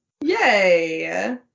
yay